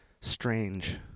strange